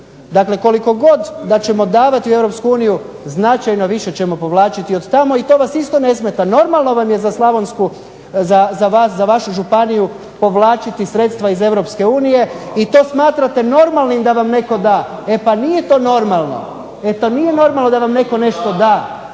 Dakle, koliko god da ćemo davati u Europsku uniju značajno više ćemo povlačiti od tamo i to vas isto ne smeta. Normalno vam je za slavonsku, za vas, za vašu županiju povlačiti sredstva iz Europske unije i to smatrate normalnim da vam netko da. E pa nije to normalno. E to nije normalno da vam netko nešto da.